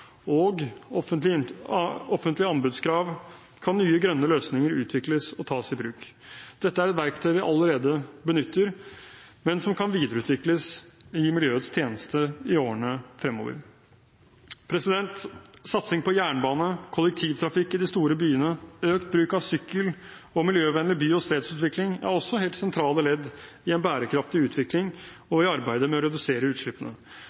og offentlige anbudskrav kan nye, grønne løsninger utvikles og tas i bruk. Dette er et verktøy vi allerede benytter, men som kan videreutvikles i miljøets tjeneste i årene fremover. Satsing på jernbane, kollektivtrafikk i de store byene, økt bruk av sykkel og miljøvennlig by- og stedsutvikling er også helt sentrale ledd i en bærekraftig utvikling og i arbeidet med å redusere utslippene,